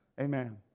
Amen